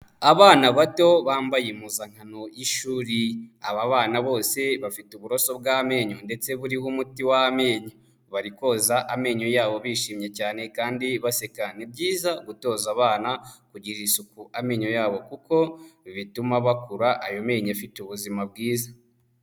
Abana bato bambaye impuzankano y'ishuri, aba bana bose bafite uburoso bw'amenyo ndetse buriho umuti w'amenyo, bari koza amenyo yabo bishimye cyane kandi baseka, ni byiza gutoza abana, kugirira isuku amenyo yabo, kuko bituma bakura ayo menyo afite ubuzima bwiza.